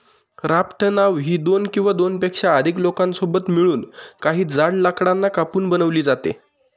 raft नाव ही दोन किंवा दोनपेक्षा अधिक लोकांसोबत मिळून, काही जाड लाकडांना कापून बनवली जाते